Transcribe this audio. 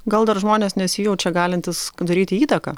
gal dar žmonės nesijaučia galintys daryti įtaką